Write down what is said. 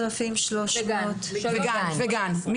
וגן.